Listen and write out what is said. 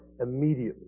immediately